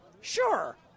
Sure